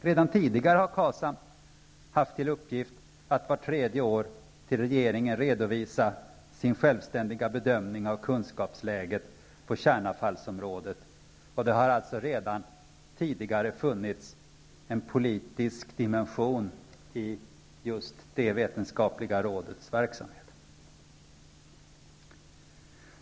Redan tidigare har KASAM haft till uppgift att vart tredje år till regeringen redovisa sin självständiga bedömning av kunskapsläget på kärnavfallsområdet. Det har alltså redan tidigare funnits en politisk dimension i just det vetenskapliga rådets verksamhet.